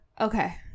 okay